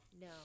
No